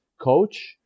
coach